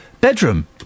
bedroom